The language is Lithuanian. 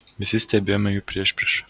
visi stebėjome jų priešpriešą